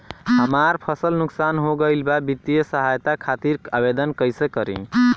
हमार फसल नुकसान हो गईल बा वित्तिय सहायता खातिर आवेदन कइसे करी?